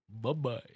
Bye-bye